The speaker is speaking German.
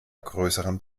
größeren